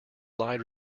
lied